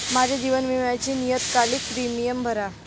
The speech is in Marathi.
माझ्या जीवन विम्याचे नियतकालिक प्रीमियम भरा